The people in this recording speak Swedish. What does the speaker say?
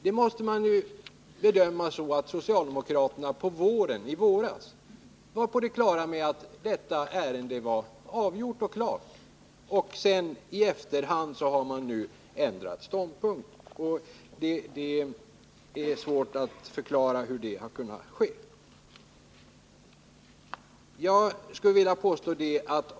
Det måste man bedöma så, att socialdemokraterna i våras var på det klara med att detta ärende var avgjort och att man nu, i efterhand, har ändrat ståndpunkt. Det är svårt att förklara hur det har kunnat ske.